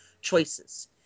choices